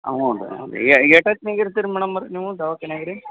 ಹಾಂ ಹ್ಞೂ ರೀ ಎಷ್ಟೋತ್ನಗೆ ಇರ್ತೀರ ಮೇಡಮ್ಮವ್ರೆ ನೀವು ದವಾಖಾನ್ಯಾಗ್ ರೀ